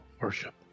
worship